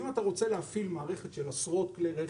אם אתה רוצה להפעיל מערכת של עשרות כלי רכב,